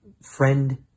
friend